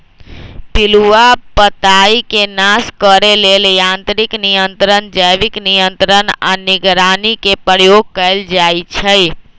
पिलुआ पताईके नाश करे लेल यांत्रिक नियंत्रण, जैविक नियंत्रण आऽ निगरानी के प्रयोग कएल जाइ छइ